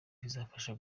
rizamfasha